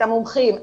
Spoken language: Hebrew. את המומחים,